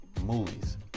movies